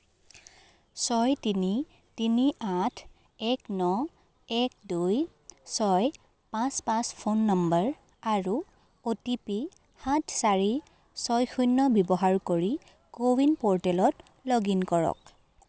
ছয় তিনি তিনি আঠ এক ন এক দুই ছয় পাঁচ পাঁচ ফোন নম্বৰ আৰু অ' টি পি সাত চাৰি ছয় শূন্য ব্যৱহাৰ কৰি কো ৱিন প'ৰ্টেলত লগ ইন কৰক